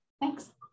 Thanks